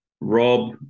Rob